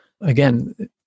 Again